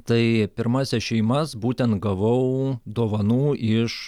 tai pirmąsias šeimas būtent gavau dovanų iš